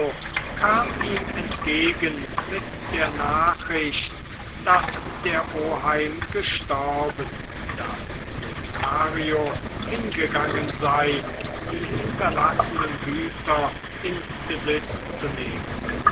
kam ihm entgegen mit der nachricht daß der oheim gestorben daß lothario hingegangen sei die hinterlassenen güter in besitz zu nehmen